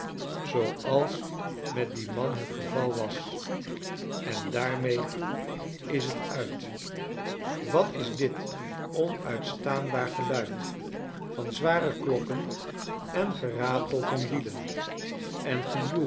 zooals met dien man het geval was en daarmee is t uit wat is dit onuitstaanbaar geluid van zware klokken en geratel van wielen en